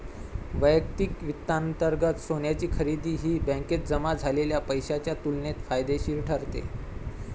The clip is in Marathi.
वैयक्तिक वित्तांतर्गत सोन्याची खरेदी ही बँकेत जमा झालेल्या पैशाच्या तुलनेत फायदेशीर ठरते